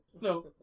no